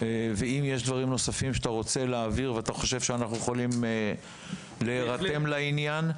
אם יש דברים נוספים בהם אתה חושב שאנחנו יכולים להירתם לעניין,